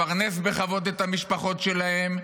לפרנס בכבוד את המשפחות שלהם,